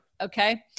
Okay